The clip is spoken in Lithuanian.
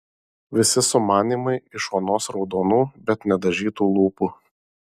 visi sumanymai iš onos raudonų bet nedažytų lūpų